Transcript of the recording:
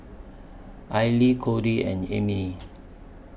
Aili Cody and Emile